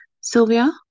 Sylvia